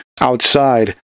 outside